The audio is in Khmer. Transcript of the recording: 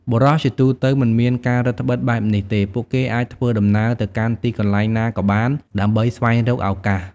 បុរសជាទូទៅមិនមានការរឹតត្បិតបែបនេះទេ ពួកគេអាចធ្វើដំណើរទៅកាន់ទីកន្លែងណាក៏បានដើម្បីស្វែងរកឱកាស។